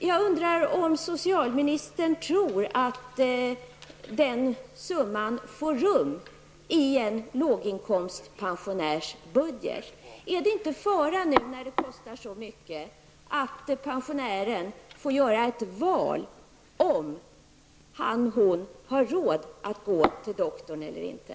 Jag undrar om socialministern tror att den summan får rum i en låginkomstpensionärs budget. Är det inte fara att pensionären nu, när det kostar så mycket, får göra ett val, om han eller hon har råd att gå till doktorn eller inte?